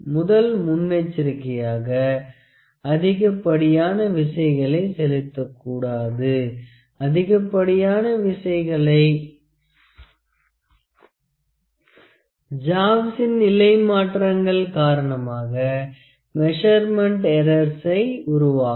முதல் முன்னெச்சரிக்கையாக அதிகப்படியான விசைகளை செலுத்தக் கூடாது அதிகப்படியான விசைகள் ஜாவ்சின் நிலை மாற்றங்கள் காரணமாக மெசர்மென்ட் எற்றர்சை உருவாக்கும்